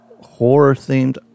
horror-themed